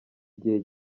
igihe